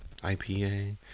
IPA